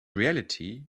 reality